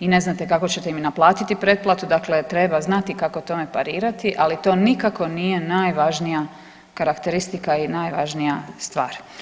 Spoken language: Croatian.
i ne znate kako ćete im i naplatiti preplatu, dakle treba znati kako tome parirati, ali to nikako nije najvažnija karakteristika i najvažnija stvar.